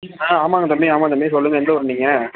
ஆ ஆமாங்க தம்பி ஆமாம் தம்பி சொல்லுங்கள் எந்த ஊர் நீங்கள்